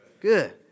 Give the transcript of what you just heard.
good